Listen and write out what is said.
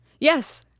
Yes